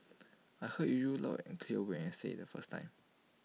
I heard you loud and clear when you said IT the first time